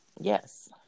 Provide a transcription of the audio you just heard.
Yes